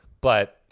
But-